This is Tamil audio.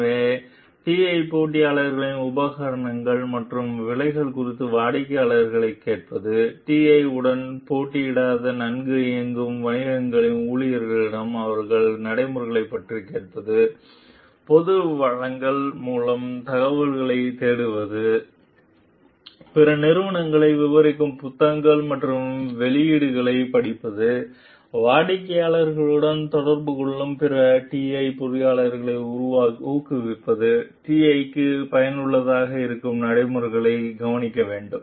எனவே TI போட்டியாளர்களின் உபகரணங்கள் மற்றும் விலைகள் குறித்து வாடிக்கையாளர்களைக் கேட்பது TI உடன் போட்டியிடாத நன்கு இயங்கும் வணிகங்களின் ஊழியர்களிடம் அவர்களின் நடைமுறைகளைப் பற்றி கேட்பது பொது வளங்கள் மூலம் தகவல்களைத் தேடுவது பிற நிறுவனங்களை விவரிக்கும் புத்தகங்கள் மற்றும் வெளியீடுகளைப் படிப்பது வாடிக்கையாளர்களுடன் தொடர்பு கொள்ளும் பிற TI பொறியியலாளர்களை ஊக்குவிப்பது TI க்கு பயனுள்ளதாக இருக்கும் நடைமுறைகளை கவனிக்க வேண்டும்